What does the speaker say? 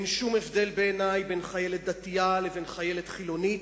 אין שום הבדל בעיני בין חיילת דתית לחיילת חילונית,